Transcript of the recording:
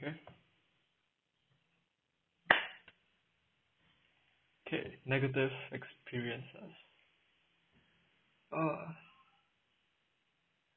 eh okay negative experiences oh